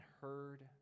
heard